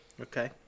Okay